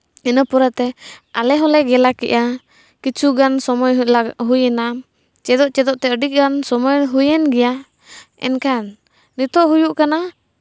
ᱤᱱᱟᱹ ᱯᱚᱨᱮᱛᱮ ᱟᱞᱮ ᱦᱚᱸᱞᱮ ᱞᱮᱜᱟ ᱠᱮᱜᱼᱟ ᱠᱤᱪᱷᱩᱜᱟᱱ ᱥᱚᱢᱚᱭ ᱦᱩᱭᱱᱟ ᱪᱮᱫᱚᱜ ᱪᱮᱫᱚᱜᱼᱛᱮ ᱟᱹᱰᱤᱜᱟᱱ ᱥᱚᱢᱚᱭ ᱦᱩᱭᱮᱱ ᱜᱮᱭᱟ ᱮᱱᱠᱷᱟᱱ ᱱᱤᱛᱚᱜ ᱦᱩᱭᱩᱜ ᱠᱟᱱᱟ